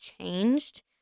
changed